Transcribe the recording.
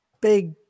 big